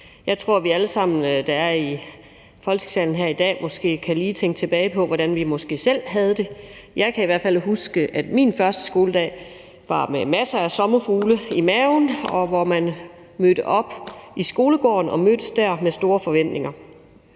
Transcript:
Jeg tror, at alle vi, der er i Folketingssalen her i dag, måske lige kan tænke tilbage på, hvordan vi selv havde det. Jeg kan i hvert fald huske, at min første skoledag var med masser af sommerfugle i maven, og at man mødte op i skolegården og mødtes der med store forventninger.